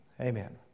Amen